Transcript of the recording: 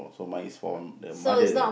so mine is for the mother